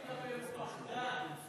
הוא פחדן.